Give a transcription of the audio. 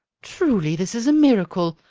truly this is a miracle!